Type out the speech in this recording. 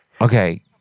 Okay